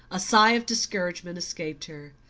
a sigh of discouragement escaped her.